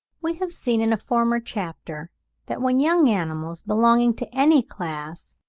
we have seen in a former chapter that when young animals belonging to any class